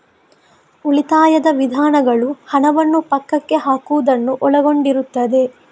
ಉಳಿತಾಯದ ವಿಧಾನಗಳು ಹಣವನ್ನು ಪಕ್ಕಕ್ಕೆ ಹಾಕುವುದನ್ನು ಒಳಗೊಂಡಿರುತ್ತದೆ